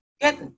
get